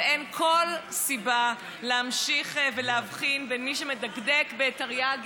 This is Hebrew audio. ואין כל סיבה להמשיך ולהבחין בין מי שמדקדק בתרי"ג